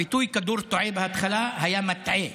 הביטוי "כדור תועה" בהתחלה היה מטעה.